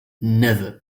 never